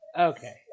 Okay